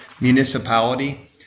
municipality